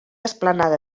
esplanada